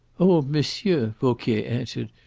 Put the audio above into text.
oh, monsieur, vauquier answered,